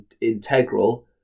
integral